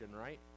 right